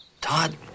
Todd